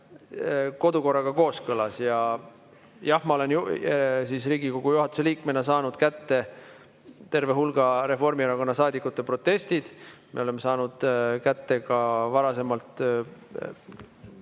kodukorraga kooskõlas. Jah, ma olen Riigikogu juhatuse liikmena saanud kätte terve hulga Reformierakonna saadikute proteste. Me oleme saanud kätte ka varasema